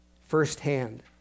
firsthand